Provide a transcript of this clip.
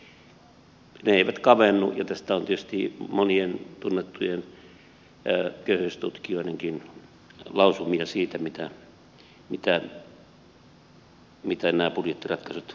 ne eivät kavennu ja tästä on tietysti monien tunnettujen köyhyystutkijoidenkin lausumia siitä mitä nämä budjettiratkaisut vaikuttavat